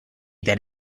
that